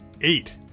eight